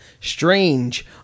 strange